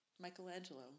michelangelo